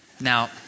Now